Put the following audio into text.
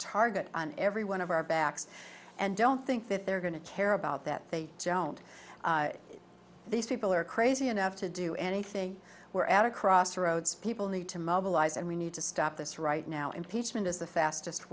target on every one of our backs and don't think that they're going to care about that they don't these people are crazy enough to do anything we're at a crossroads people need to mobilize and we need to stop this right now impeachment is the fastest